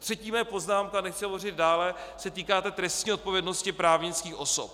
Třetí moje poznámka nechci hovořit dále se týká trestní odpovědnosti právnických osob.